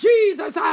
Jesus